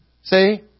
See